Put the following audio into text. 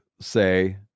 Say